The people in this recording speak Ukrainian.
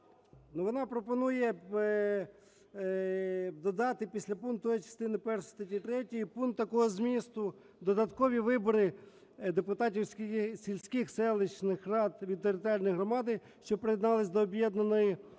вона пропонує додати після пункту е) частини першої статті 3 пункт такого змісту: додаткові вибори депутатів сільських, селищних рад територіальної громади, що приєдналися до об'єднаної